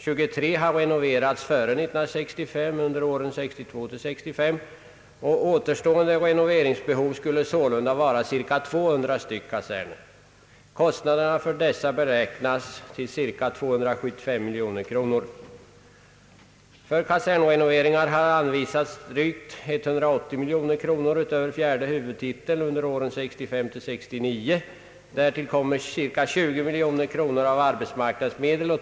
23 kaserner har renoverats under åren 1962 —L1965. Renoverade 1965—1968 är 37, renovering pågår vid 14 och igångsätt ning planeras vid 24. Återstående renoveringsbehov gäller sålunda omkring 200 kaserner. Kostnaderna härför beräknas till cirka 275 miljoner kronor. För kasernrenoveringar har över fjärde huvudtiteln anvisats drygt 108 miljoner kronor för åren 1965—1969. Därtill kommer 20 miljoner av arbetsmarknadsmedel.